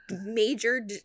major